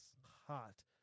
hot